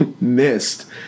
missed